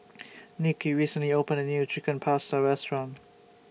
Nicki recently opened A New Chicken Pasta Restaurant